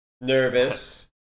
nervous